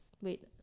wait